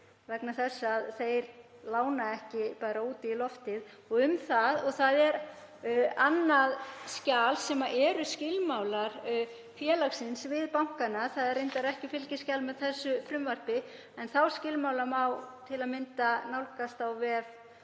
vegna þess að þeir lána ekki bara út í loftið. Og um það: Það er annað skjal sem í eru skilmálar félagsins gagnvart bönkunum. Það er reyndar ekki fylgiskjal með þessu frumvarpi en skilmálana má til að mynda nálgast á vef